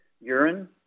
urine